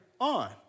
on